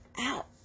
out